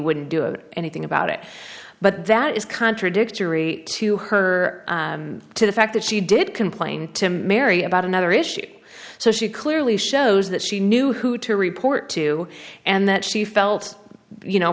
wouldn't do it anything about it but that is contradictory to her to the fact that she did complain to mary about another issue so she clearly shows that she knew who to report to and that she felt you know